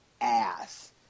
ass